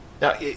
Now